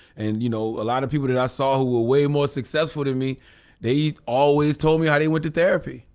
and you know, a lot of people that i saw who were way more successful than me they always told me how they went to therapy,